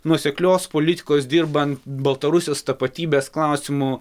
nuoseklios politikos dirbant baltarusijos tapatybės klausimu